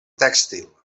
tèxtil